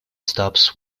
stops